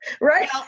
Right